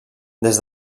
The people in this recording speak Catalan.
des